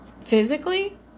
Physically